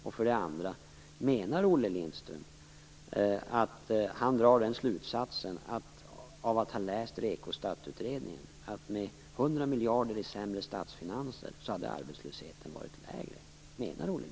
Och drar Olle Lindström, efter att ha läst REKO STAT-utredningen, slutsatsen att vi med 100 miljarder i sämre statsfinanser hade haft en lägre arbetslöshet? Menar Olle Lindström det?